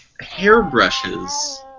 hairbrushes